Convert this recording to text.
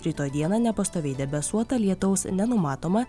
rytoj dieną nepastoviai debesuota lietaus nenumatoma